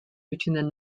between